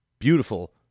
beautiful